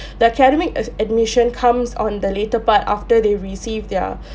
the academic as admission comes on the later part after they received their